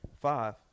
five